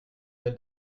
mail